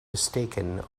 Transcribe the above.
mistaken